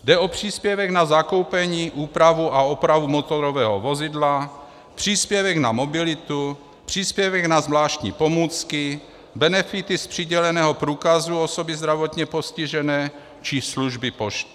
Jde o příspěvek na zakoupení, úpravu a opravu motorového vozidla, příspěvek na mobilitu, příspěvek na zvláštní pomůcky, benefity z přiděleného průkazu osoby zdravotně postižené či služby pošt.